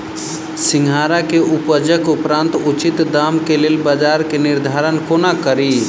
सिंघाड़ा केँ उपजक उपरांत उचित दाम केँ लेल बजार केँ निर्धारण कोना कड़ी?